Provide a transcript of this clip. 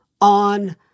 on